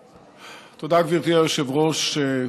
תודה, גברתי היושבת-ראש.